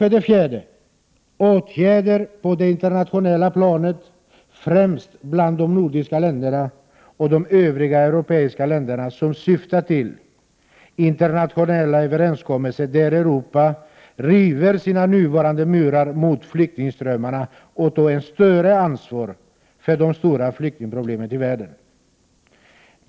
För det fjärde krävs åtgärder på det internationella planet, främst bland de nordiska länderna och de övriga europeiska länderna, som syftar till internationella överenskommelser, där Europa river sina nuvarande murar mot flyktingströmmar och tar ett större ansvar för de stora flyktingproblemen i världen.